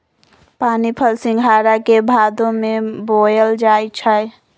पानीफल सिंघारा के भादो में बोयल जाई छै